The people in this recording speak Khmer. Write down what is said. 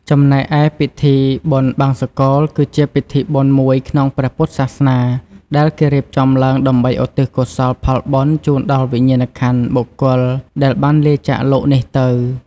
ចំណែកឯពិធីបុណ្យបង្សុកូល គឺជាពិធីបុណ្យមួយក្នុងព្រះពុទ្ធសាសនា ដែលគេរៀបចំឡើងដើម្បីឧទ្ទិសកុសលផលបុណ្យជូនដល់វិញ្ញាណក្ខន្ធបុគ្គលដែលបានលាចាកលោកនេះទៅ។